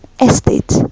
estate